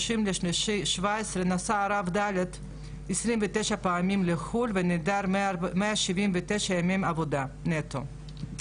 30.3.17 נסע הרב ד' 29 פעמים לחו"ל ונעדר 179 ימי עבודה נטו.